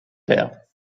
there